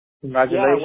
Congratulations